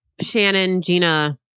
Shannon-Gina